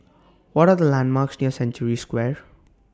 What Are The landmarks near Century Square